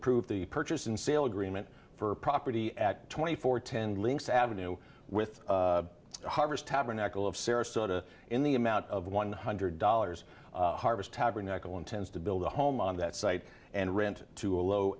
approved the purchase and sale agreement for a property at twenty four ten links avenue with harvest tabernacle of sarasota in the amount of one hundred dollars harvest tabernacle intends to build a home on that site and rent to a low